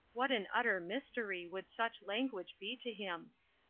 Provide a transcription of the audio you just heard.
what an utter mystery would such language be to him!